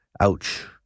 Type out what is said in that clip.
Ouch